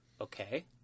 Okay